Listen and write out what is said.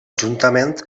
juntament